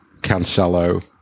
Cancelo